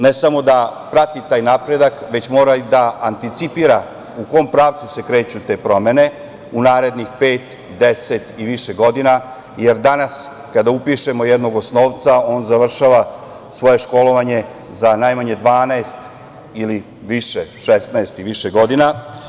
Ne samo da prati taj napredak, već mora i da anticipira u kom pravcu se kreću te promene u narednih pet, deset i više godina, jer danas kada upišemo po jednog osnovca on završava svoje školovanje za najmanje 12 ili 16 i više godina.